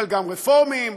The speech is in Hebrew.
חלקם רפורמים,